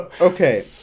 okay